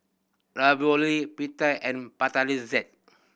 Ravioli Pita and